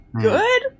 good